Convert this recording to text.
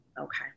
Okay